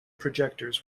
projectors